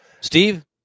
Steve